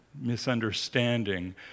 misunderstanding